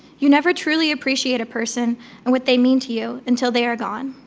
you never truly appreciate a person and what they mean to you until they are gone.